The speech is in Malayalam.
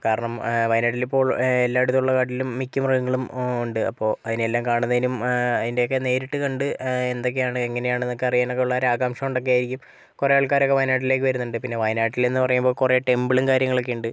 കാരണം വായനാട്ടിലിപ്പോൾ എല്ലായിടത്തുമുള്ള കാട്ടിലും മിക്ക മൃഗങ്ങളും ഉണ്ട് അപ്പോൾ അതിനെയെല്ലാം കാണുന്നതിനും അതിൻ്റെയൊക്കെ നേരിട്ട് കണ്ട് എന്തൊക്കെയാണ് എങ്ങനെയാണ് ഒക്കെ അറിയാനുള്ള ആകാംക്ഷ കൊണ്ടൊക്കെയായിരിക്കും കുറെ ആൾക്കാരൊക്കെ വയനാട്ടിലേക്ക് വരുന്നുണ്ട് പിന്നെ വായനാട്ടിലെന്ന് പറയുമ്പോൾ കുറെ ടെമ്പിളും കാര്യങ്ങളൊക്കെ ഉണ്ട്